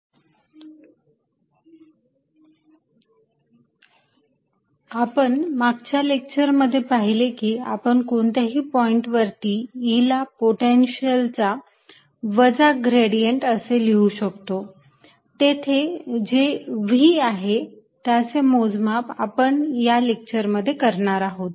electric field as the gradient of electrostatic potential आपण मागच्या lecture मध्ये पाहिले की आपण कोणत्याही पॉईंट वरती E ला पोटेन्शियलचा वजा ग्रेडियंट असे लिहू शकतो तेथे जे V आहे त्याचे मोजमाप आपण या लेक्चर मध्ये करणार आहोत